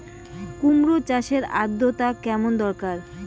কুমড়ো চাষের আর্দ্রতা কেমন দরকার?